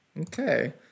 Okay